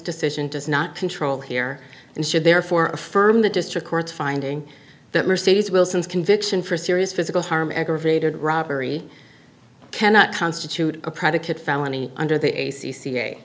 decision does not control here and should therefore affirm the district court's finding that mercedes wilson's conviction for serious physical harm aggravated robbery cannot constitute a predicate felony under the a